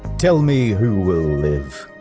tell me who will live.